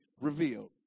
revealed